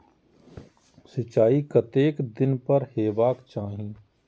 सिंचाई कतेक दिन पर हेबाक चाही?